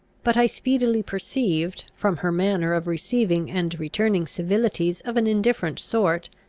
but i speedily perceived, from her manner of receiving and returning civilities of an indifferent sort,